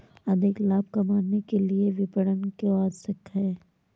अधिक लाभ कमाने के लिए विपणन क्यो आवश्यक है?